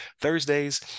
thursdays